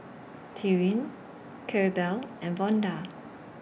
Tyrin Claribel and Vonda